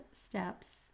steps